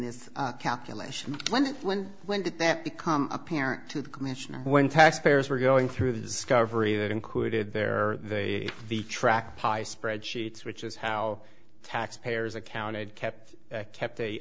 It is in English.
this calculation when when when did that become apparent to the commissioner when taxpayers were going through the discovery that included there the track pi spreadsheets which is how taxpayers accounted kept kept a